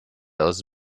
aus